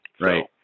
Right